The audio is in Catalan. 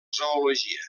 zoologia